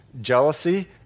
jealousy